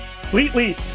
Completely